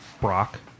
Brock